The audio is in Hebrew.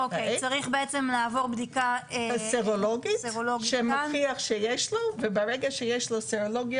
הוא צריך לעבור בדיקה סרולוגית שמוכיחה שיש לו את סרולוגיה